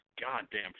goddamn